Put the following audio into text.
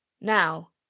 Now